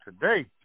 today